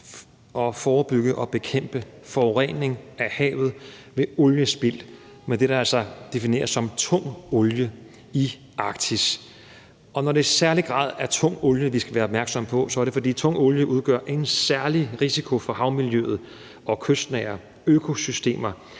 forebygge og bekæmpe forurening af havet ved oliespild med det, der altså defineres som tung olie, i Arktis. Når det i særlig grad er tung olie, vi skal være opmærksomme på, er det, fordi tung olie udgør en særlig risiko for havmiljøet og de kystnære økosystemer.